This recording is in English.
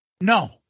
No